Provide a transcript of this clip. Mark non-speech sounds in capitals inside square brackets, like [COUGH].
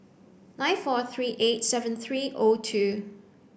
nine four [NOISE] three eight seven [NOISE] three O two